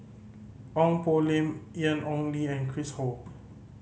Ong Poh Lim Ian Ong Li and Chris Ho